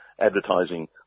advertising